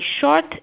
short